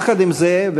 יחד עם זה,